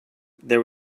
there